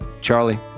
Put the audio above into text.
Charlie